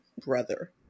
brother